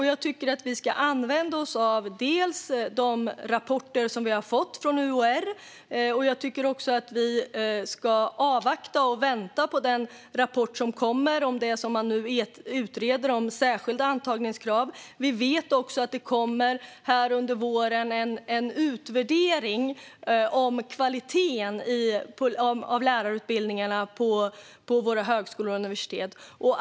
Jag tycker att vi ska använda oss av de rapporter som vi har fått från UHR, och jag tycker också att vi ska avvakta och vänta på den rapport som kommer om det som man nu utreder om särskilda antagningskrav. Vi vet också att det nu under våren kommer en utvärdering av kvaliteten på lärarutbildningarna på våra högskolor och universitet.